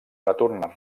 retornar